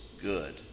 good